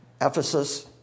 Ephesus